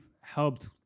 helped